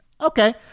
Okay